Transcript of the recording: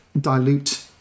dilute